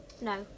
No